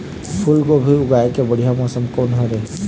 फूलगोभी उगाए के बढ़िया मौसम कोन हर ये?